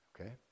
okay